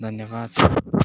धन्यवाद